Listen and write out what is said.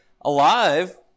alive